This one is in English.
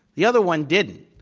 the other one didn't.